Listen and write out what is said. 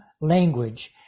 language